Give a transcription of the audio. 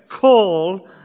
call